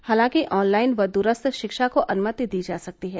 हालांकि ऑनलाइन व दूरस्थ शिक्षा को अनुमति दी जा सकती है